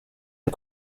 ari